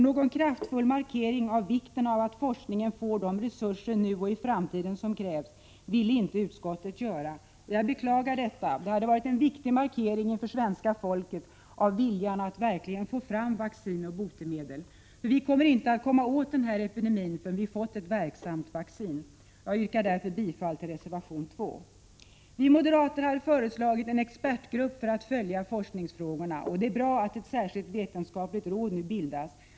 Någon kraftfull markering av vikten av att forskningen får de resurser nu och i framtiden som krävs vill utskottet inte göra. Jag beklagar detta. Det hade varit en viktig markering inför svenska folket av viljan att verkligen få fram vaccin och botemedel. Vi kommer inte att komma åt den här epidemin förrän vi har fått ett verksamt vaccin. Jag yrkar därför bifall till reservation 2. Vi moderater har föreslagit att en expertgrupp skall tillsättas med uppgift att följa forskningsfrågorna. Det är bra att ett särskilt vetenskapligt råd nu bildas.